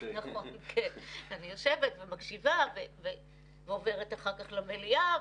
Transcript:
אני יושבת ומקשיבה ועוברת אחר כך למליאה,